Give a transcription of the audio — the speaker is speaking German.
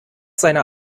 seiner